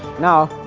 now,